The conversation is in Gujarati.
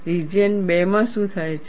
રિજિયન 2 માં શું થાય છે